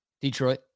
Detroit